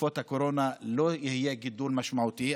שבתקופת הקורונה לא יהיה גידול משמעותי,